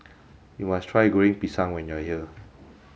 you must try Goreng Pisang when you are here